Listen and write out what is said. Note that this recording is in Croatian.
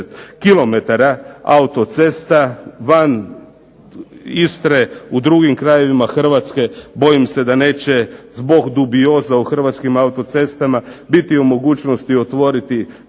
80 km autocesta van Istre u drugim krajevima Hrvatske. Bojim se da neće zbog dubioza u Hrvatskom autocestama biti u mogućnosti otvoriti